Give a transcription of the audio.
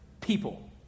people